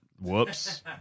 whoops